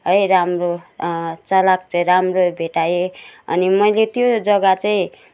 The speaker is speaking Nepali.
है राम्रो चालक चाहिँ राम्रो भेटाए अनि मैले त्यो जग्गा चाहिँ